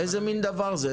איזה מין דבר זה?